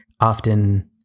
often